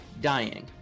dying